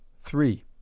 three